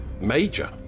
major